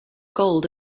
gold